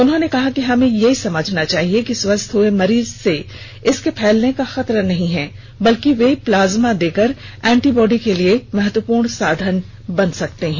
उन्होंने कहा कि हमें यह समझना चाहिए कि स्वस्थ हुए मरीज से इसके फैलने का खतरा नहीं है बल्कि वे प्लाज्मा देकर एंटीबॉडी के लिए महत्वपूर्ण साधन बन सकते हैं